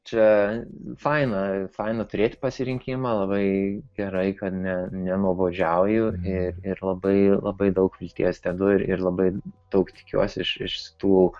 čia faina faina turėti pasirinkimą labai gerai kad ne nenuobodžiauju ir ir labai labai daug vilties dedu ir labai daug tikiuosi iš iš tų